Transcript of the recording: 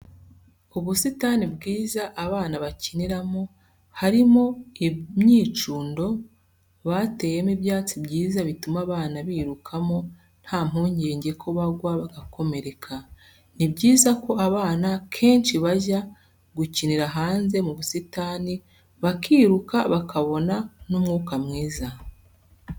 Ubusitani bwiza abana bakinira mo , harimo imyicundo , hateyemo ibyatsi byiza bituma abana biruka mo nta mpungenge ko bagwa bagakomereka. Ni byiza ko abana kenshi bajya gukinira hanze mu busitani bakiruka bakabona n'umwuka mwiza.